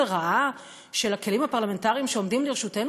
לרעה של הכלים הפרלמנטריים שעומדים לרשותנו,